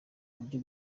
buryo